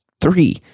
Three